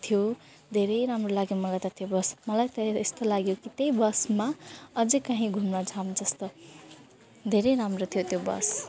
थियो धेरै राम्रो लाग्यो मलाई त त्यो बस मलाई त यस्तो लाग्यो कि त्यही बसमा अझै कहीँ घुम्न जाऊँ जस्तो धेरै राम्रो थियो त्यो बस